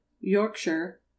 yorkshire